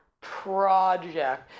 project